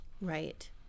Right